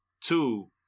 Two